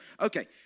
Okay